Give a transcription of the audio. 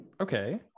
Okay